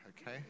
okay